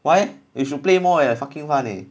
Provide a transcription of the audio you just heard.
why you should play more leh fucking fun leh